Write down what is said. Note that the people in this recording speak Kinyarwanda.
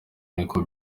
niko